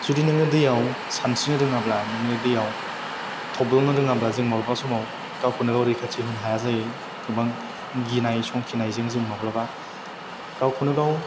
जुदि नोङो दैयाव सानस्रिनो रोङाब्ला नोङो दैयाव थब्ल'नो रोङाबा जों माब्लाबा समाव गावखौनो गाव रैखाथि होनो हाया जायो गोबां गिनाय समखिनायजों जों माब्लाबा गावखौनो गाव